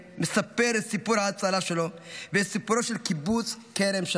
מספר את סיפור ההצלה שלו ואת סיפורו של קיבוץ כרם שלום.